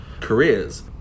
careers